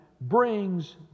brings